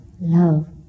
love